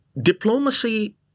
diplomacy